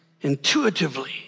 intuitively